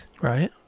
Right